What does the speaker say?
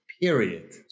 Period